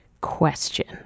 question